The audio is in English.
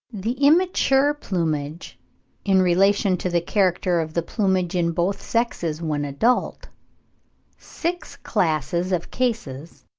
the immature plumage in relation to the character of the plumage in both sexes when adult six classes of cases